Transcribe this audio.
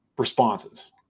responses